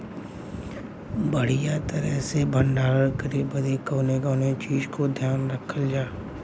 बढ़ियां तरह से भण्डारण करे बदे कवने कवने चीज़ को ध्यान रखल जा?